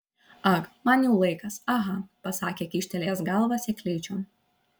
ag man jau laikas aha pasakė kyštelėjęs galvą seklyčion